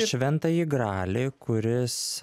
šventąjį gralį kuris